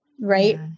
Right